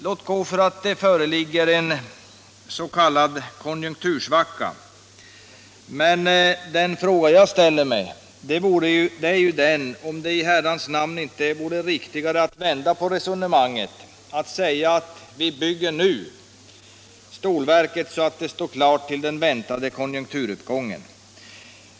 Låt gå för att det föreligger en s.k. konjunktursvacka Men den fråga jag ställer är ju den om det i herrans namn inte vore riktigare att vända på resonemanget, att säga att vi bygger stålverket nu, så att det står klart till den väntade konjunkturuppgången.